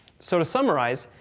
so to summarize,